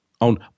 on